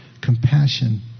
compassion